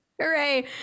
Hooray